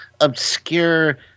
obscure